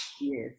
Yes